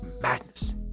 madness